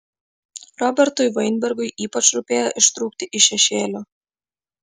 robertui vainbergui ypač rūpėjo ištrūkti iš šešėlių